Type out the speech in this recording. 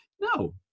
No